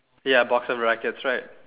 ya box of rackets right